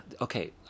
okay